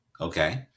okay